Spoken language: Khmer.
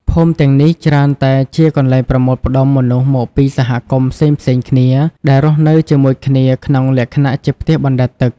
ភូមិទាំងនេះច្រើនតែជាកន្លែងប្រមូលផ្ដុំមនុស្សមកពីសហគមន៍ផ្សេងៗគ្នាដែលរស់នៅជាមួយគ្នាក្នុងលក្ខណៈជាផ្ទះបណ្ដែតទឹក។